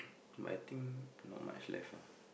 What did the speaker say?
but i think not much left ah